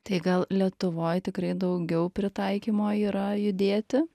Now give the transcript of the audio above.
tai gal lietuvoj tikrai daugiau pritaikymo yra judėti